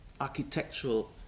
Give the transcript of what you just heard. architectural